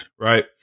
Right